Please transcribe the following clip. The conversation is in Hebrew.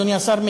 אדוני השר,